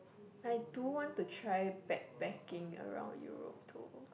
I do want to try backpacking around Europe too